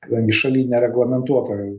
kadangi šaly nereglamentuota